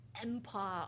empire